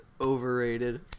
overrated